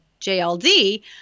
JLD